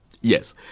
Yes